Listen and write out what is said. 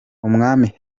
umwami